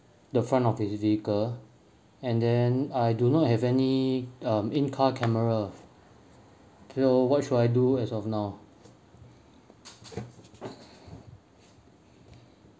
the front of his vehicle and then I do not have any um in car camera so what should I do as of now